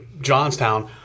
Johnstown